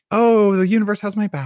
oh, the universe has my back,